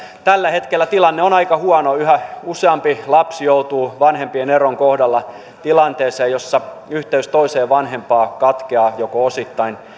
tällä hetkellä tilanne on aika huono yhä useampi lapsi joutuu vanhempien eron kohdalla tilanteeseen jossa yhteys toiseen vanhempaan katkeaa joko osittain